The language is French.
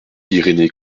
irénée